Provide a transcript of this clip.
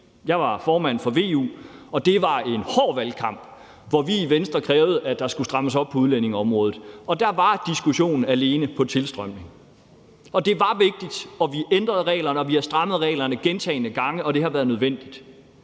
Jeg var formand for VU, og det var en hård valgkamp, hvor vi i Venstre krævede, at der skulle strammes op på udlændingeområdet, og der var diskussionen alene om tilstrømning. Det var vigtigt, og vi ændrede reglerne, og vi har strammet reglerne gentagne gange, og det har været nødvendigt.